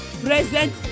Present